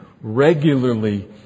Regularly